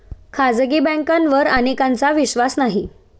खाजगी बँकांवर अनेकांचा विश्वास नाही